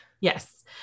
Yes